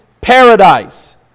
paradise